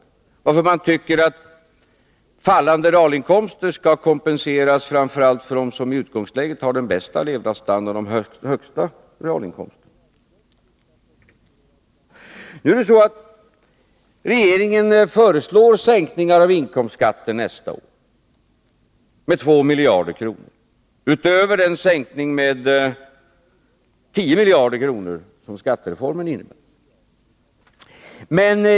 Man måste förklara varför man tycker att fallande realinkomster skall kompenseras för framför allt dem som i utgångsläget har den högsta levnadsstandarden och de högsta realinkomsterna. Nu föreslår regeringen sänkningar av inkomstskatten nästa år med 2 miljarder kronor utöver den sänkning med 10 miljarder kronor som skattereformen innebär.